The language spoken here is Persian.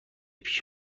پیش